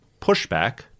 pushback